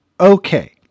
Okay